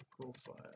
profile